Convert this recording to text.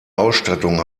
ausstattung